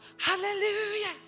hallelujah